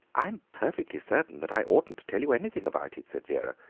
i'm perfectly certain that i oughtn't to tell you anything about it, said vera,